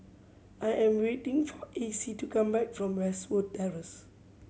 I am waiting for Acy to come back from Westwood Terrace